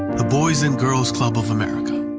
the boys and girls club of america.